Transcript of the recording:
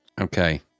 Okay